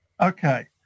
Okay